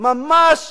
ממש